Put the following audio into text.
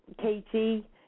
Katie